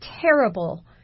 terrible